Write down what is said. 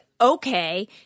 okay